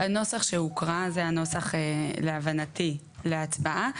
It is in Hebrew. הנוסח שהוקרא זה הנוסח, להבנתי, להצבעה.